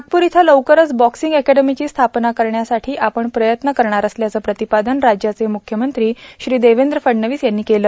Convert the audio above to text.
नागप्रर इथं लवकरच बॉक्सिंग अॅकेडमीची स्थापना करण्यासाठी आपण प्रयत्न करणार असल्याचं प्रतिपादन राज्याचे मुख्यमंत्री श्री देवेंद्र फडणवीस यांनी केलं